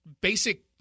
basic